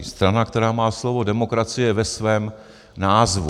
Strana, která má slovo demokracie ve svém názvu.